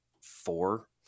four